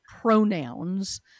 pronouns